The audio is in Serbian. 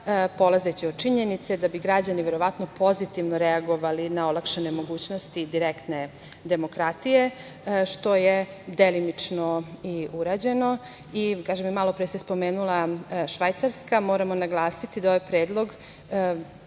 polazeći od činjenice da bi građani verovatno pozitivno reagovali na olakšane mogućnosti direktne demokratije, što je delimično i urađeno. Malopre sam spomenula Švajcarsku. Moramo naglasiti da ovaj predlog